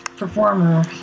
performer